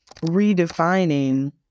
redefining